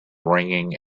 ringing